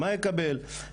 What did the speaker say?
מה יקבל,